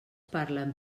parlen